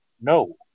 No